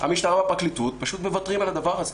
המשטרה והפרקליטות פשוט מוותרים על הדבר הזה.